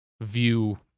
view